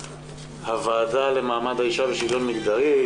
הוועדה למעמד האישה ושוויון מגדרי,